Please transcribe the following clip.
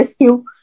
rescue